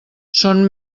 són